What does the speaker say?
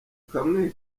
kamwe